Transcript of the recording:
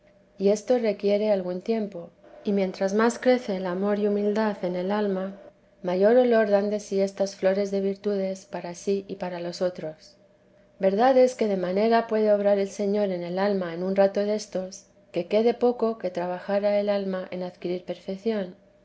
y esto requiere algún tiempo y mientras más crece el amor y humildad en el alma mayor olor vida de la santa madre dan de sí estas flores de virtudes para sí y para los otros verdad es que de manera puede obrar el señor en el alma en un rato destos que quede poco que trabajar a el alma en adquirir perfección